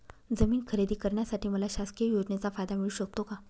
जमीन खरेदी करण्यासाठी मला शासकीय योजनेचा फायदा मिळू शकतो का?